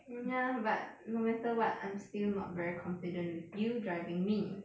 mm ya but no matter what I'm still not very confident with you driving me